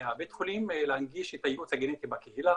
מבית החולים להנגיש את הייעוץ הגנטי בקהילה